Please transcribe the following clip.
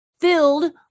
filled